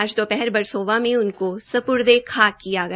आज दोपहर बरसोवा में उनको सप्र्दे खाक किया गया